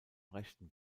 rechten